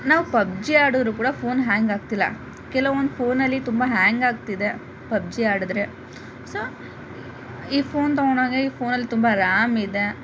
ನಾವು ಪಬ್ಜಿ ಆಡಿದ್ರು ಕೂಡ ಫೋನ್ ಹ್ಯಾಂಗ್ ಆಗ್ತಿಲ್ಲ ಕೆಲವೊಂದು ಫೋನಲ್ಲಿ ತುಂಬಾ ಹ್ಯಾಂಗ್ ಆಗ್ತಿದೆ ಪಬ್ಜಿ ಆಡಿದರೆ ಸೊ ಈ ಫೋನ್ ತಕೊಂಡೊಗಿ ಈ ಫೋನಲ್ಲಿ ತುಂಬ ರ್ಯಾಮ್ ಇದೆ